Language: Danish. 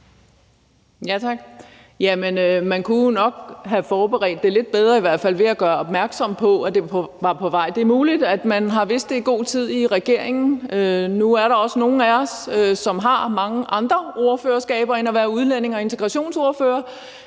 i hvert fald have forberedt det lidt bedre ved at gøre opmærksom på, at det var på vej. Det er muligt, at man har vidst det i god tid i regeringen. Nu er der også nogle af os, som har mange andre ordførerskaber end at være udlændinge- og integrationsordfører,